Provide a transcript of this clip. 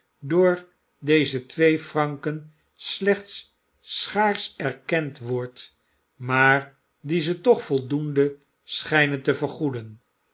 door deze twee franken slechts schaars erkend wordt maar die ze toch voldoende schtjnen te vergoeden